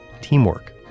Teamwork